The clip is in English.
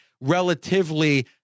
relatively